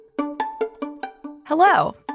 Hello